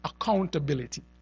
accountability